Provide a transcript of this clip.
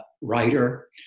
writer